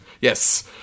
yes